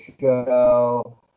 show